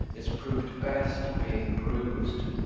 is prov'd best, being bruis'd.